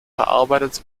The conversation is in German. verarbeitet